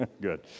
Good